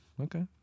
okay